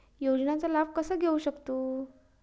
योजनांचा लाभ कसा घेऊ शकतू?